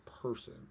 person